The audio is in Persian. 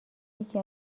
یکی